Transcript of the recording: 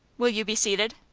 will you be seated?